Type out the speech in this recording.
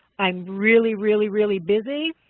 i'm really, really, really busy?